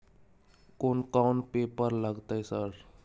कोन कौन पेपर लगतै सर?